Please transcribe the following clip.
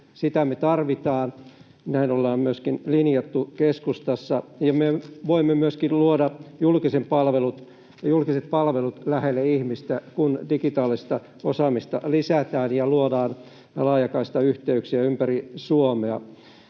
Sitä me tarvitaan. Näin ollaan myöskin linjattu keskustassa. Me voimme myöskin luoda julkiset palvelut lähelle ihmistä, kun digitaalista osaamista lisätään ja luodaan laajakaistayhteyksiä ympäri Suomea.